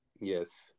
Yes